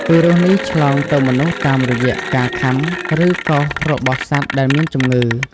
វីរុសនេះ ឆ្លងទៅមនុស្សតាមរយៈការខាំ ឬកោសរបស់សត្វដែលមានជំងឺ។